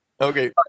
Okay